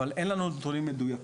אבל אין לנו נתונים מדויקים.